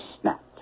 snapped